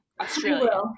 Australia